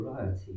variety